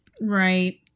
Right